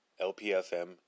LPFM